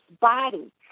body